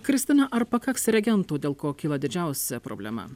kristina ar pakaks reagentų dėl ko kyla didžiausia problema